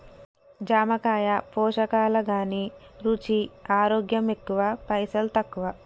జామకాయ పోషకాల ఘనీ, రుచి, ఆరోగ్యం ఎక్కువ పైసల్ తక్కువ